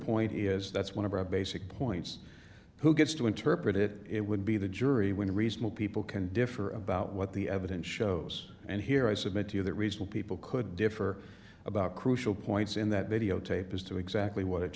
point is that's one of our basic points who gets to interpret it it would be the jury when reasonable people can differ about what the evidence shows and here i submit to you the reason people could differ about crucial points in that videotape is to exactly what it